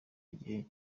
igihe